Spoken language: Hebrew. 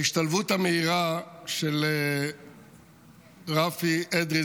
ההשתלבות המהירה של רפי אדרי,